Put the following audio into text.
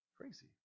Crazy